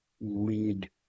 lead